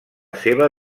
seva